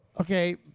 Okay